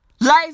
Life